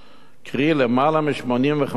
קרי למעלה מ-85%;